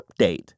update